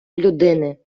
людини